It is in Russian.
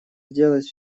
сделать